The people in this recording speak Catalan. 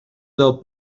del